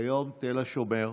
כיום תל השומר,